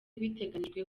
biteganyijwe